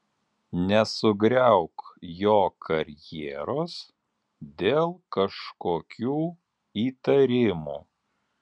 nesugriauk jo karjeros dėl kažkokių įtarimų